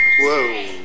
Whoa